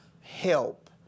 help